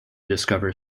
discover